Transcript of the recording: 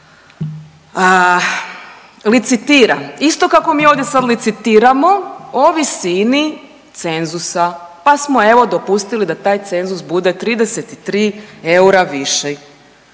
licitira, isto kako mi ovdje sad licitiramo o visini cenzusa, pa smo evo dopustili da taj cenzus bude 33 eura viši,